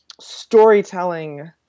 storytelling